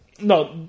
No